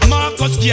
Marcus